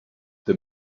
the